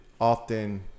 often